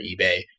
eBay